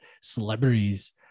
celebrities